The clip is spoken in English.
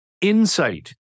insight